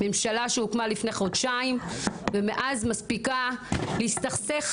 ממשלה שהוקמה לפני חודשיים ומאז מספיקה להסתכסך,